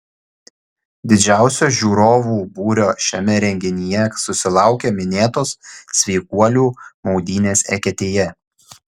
didžiausio žiūrovų būrio šiame renginyje susilaukė minėtos sveikuolių maudynės eketėje